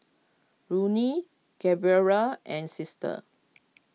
Loney Gabriella and Sister